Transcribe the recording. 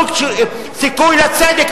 תנו סיכוי לצדק,